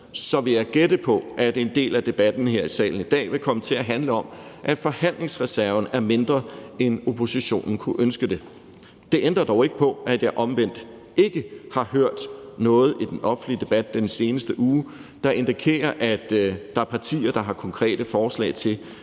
vil jeg gætte på, at en del af debatten her i salen i dag vil komme til at handle om, at forhandlingsreserven er mindre, end oppositionen kunne ønske det. Det ændrer dog ikke på, at jeg omvendt ikke har hørt noget i den offentlige debat den seneste uge, der indikerer, at der er partier, der har konkrete forslag til,